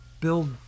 build